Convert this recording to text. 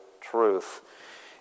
truth